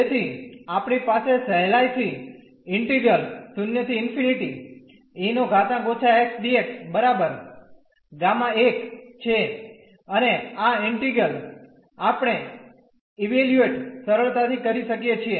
તેથી આપણી પાસે સહેલાઇ થી ઈન્ટિગ્રલ છે અને આ ઈન્ટિગ્રલ આપણે ઇવેલ્યુએટ સરળતાથી કરી શકીએ છીએ